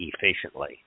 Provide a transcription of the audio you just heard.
efficiently